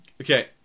Okay